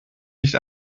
nicht